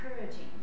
encouraging